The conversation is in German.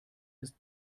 ist